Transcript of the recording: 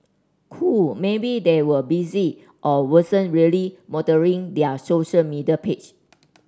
cool maybe they were busy or wasn't really monitoring their social media page